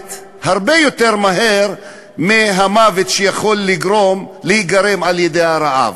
מוות הרבה יותר מהר מהמוות שיכול להיגרם על-ידי הרעב.